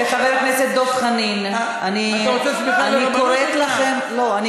וחבר הכנסת דב חנין, אני קוראת לכם,